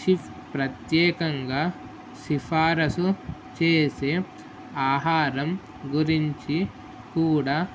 chef ప్రత్యేకంగా సిఫారసు చేసే ఆహారం గురించి కూడా